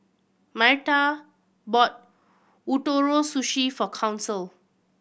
Myrta bought Ootoro Sushi for Council